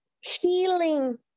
healing